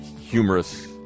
humorous